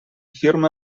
firma